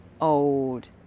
old